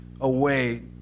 away